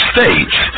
States